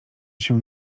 się